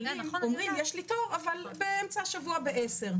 אני אומרת שקופות החולים אומרים שיש להם תור אבל באמצע השבוע ב-10:00.